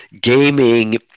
gaming